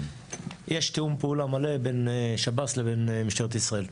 יש תאום פעולה מלא בין שב"ס לבין משטרת ישראל.